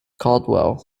caldwell